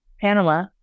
Panama